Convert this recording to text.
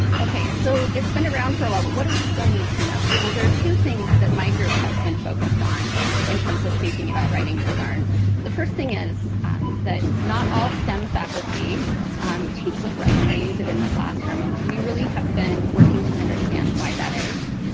ok, so it's been around for a while, but what do we still need to know? well, there are two things that my group has been focused on in terms of thinking about writing-to-learn. the first thing is that not all stem faculty teach with writing or use it in the classroom. and we really have been working to understand why that is.